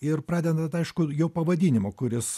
ir pradedant aišku jau pavadinimu kuris